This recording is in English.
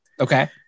Okay